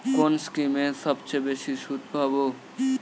কোন স্কিমে সবচেয়ে বেশি সুদ পাব?